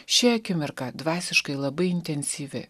ši akimirka dvasiškai labai intensyvi